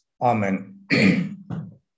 Amen